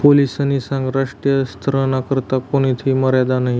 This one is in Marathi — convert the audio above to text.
पोलीसनी सांगं राष्ट्रीय स्तरना करता कोणथी मर्यादा नयी